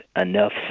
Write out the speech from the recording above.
enough